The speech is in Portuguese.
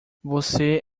você